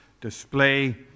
display